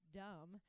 dumb